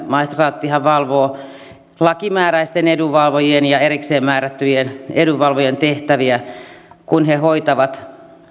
maistraattihan valvoo lakimääräisten edunvalvojien ja erikseen määrättyjen edunvalvojien tehtäviä kun he hoitavat